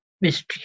mystery